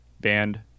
band